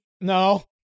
No